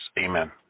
Amen